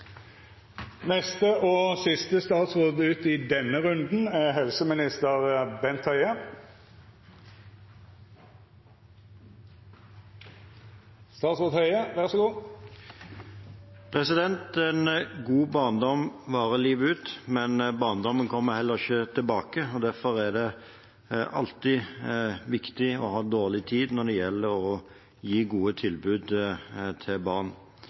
Neste og siste statsråd ut i denne runden er helseminister Bent Høie. En god barndom varer livet ut, men barndommen kommer heller ikke tilbake. Derfor er det alltid viktig å ha dårlig tid når det gjelder å gi gode tilbud til barn.